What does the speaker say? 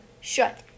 shut